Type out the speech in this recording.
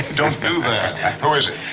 don't do that. who is it?